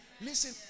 Listen